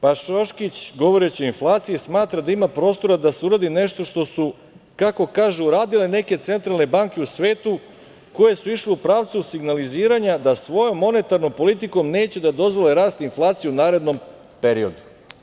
Pa Šoškić, govoreći o inflaciji, smatra da ima prostora da se uradi nešto što su, kako kažu, radile neke centralne banke u svetu, koje su išle u pravcu signaliziranja da svojom monetarnom politikom neće da dozvole rast inflacije u narednom periodu.